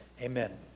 amen